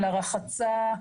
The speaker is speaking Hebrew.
לרחצה,